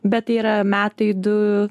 bet tai yra metai du